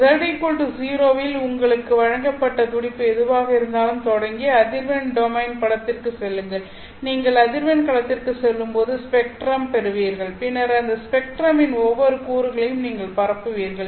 Z 0 இல் உங்களுக்கு வழங்கப்பட்ட துடிப்பு எதுவாக இருந்தாலும் தொடங்கி அதிர்வெண் டொமைன் படத்திற்குச் செல்லுங்கள் நீங்கள் அதிர்வெண் களத்திற்குச் செல்லும்போது ஸ்பெக்ட்ரம் பெறுவீர்கள் பின்னர் அந்த ஸ்பெக்ட்ரமின் ஒவ்வொரு கூறுகளையும் நீங்கள் பரப்புவீர்கள்